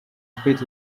speech